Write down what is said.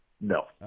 No